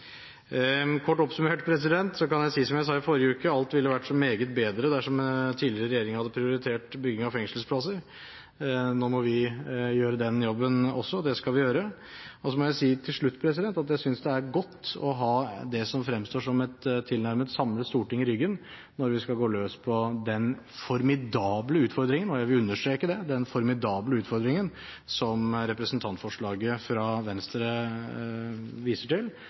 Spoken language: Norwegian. Kort oppsummert kan jeg si, som jeg sa i forrige uke: Alt ville vært så meget bedre dersom tidligere regjeringer hadde prioritert bygging av fengselsplasser. Nå må vi gjøre den jobben også, og det skal vi gjøre. Så må jeg til slutt si at jeg synes det er godt å ha det som fremstår som et tilnærmet samlet storting i ryggen når vi skal gå løs på den formidable utfordringen – og jeg vil understreke det: den formidable utfordringen – som representantforslaget fra Venstre viser til,